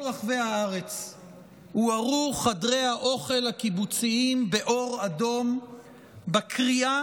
רחבי הארץ הוארו חדרי האוכל הקיבוציים באור אדום בקריאה